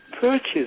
purchase